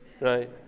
right